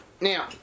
Now